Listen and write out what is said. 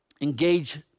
engage